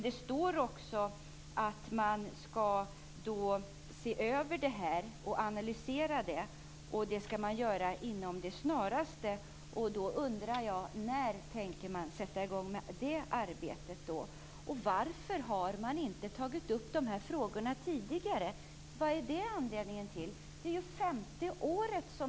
Det står att frågorna skall ses över och analyseras. Det skall göras inom det snaraste. När tänker man sätta i gång med det arbetet? Varför har man inte tagit upp frågorna tidigare? Ni sitter vid makten för femte året.